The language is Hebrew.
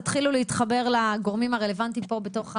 תתחילו להתחבר לגורמים הרלוונטיים פה בתוך הוועדה.